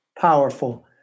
powerful